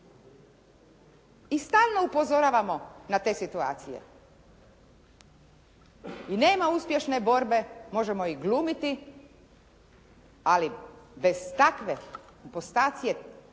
i stalno upozoravamo na te situacije. Nema uspješne borbe, možemo i glumiti, ali bez takve inkriminacije